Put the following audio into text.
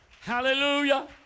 Hallelujah